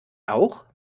auch